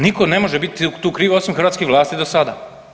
Nitko ne može biti tu kriv osim hrvatskih vlasti do sada.